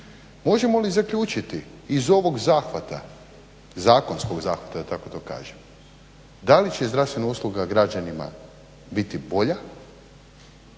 možemo li zaključiti iz ovog zahvata, zakonskog zahvata da tako to kažem, da li će zdravstvena usluga građanima biti bolja